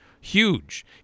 Huge